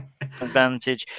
advantage